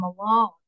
alone